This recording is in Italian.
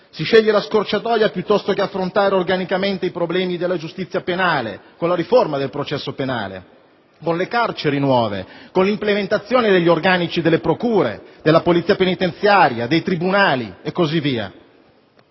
Si sceglie la scorciatoia, piuttosto che affrontare organicamente i problemi della giustizia penale, con la riforma del processo penale, con le carceri nuove, con l'implementazione degli organici delle procure, della polizia penitenziaria, dei tribunali e così via.